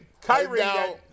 Kyrie